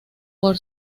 por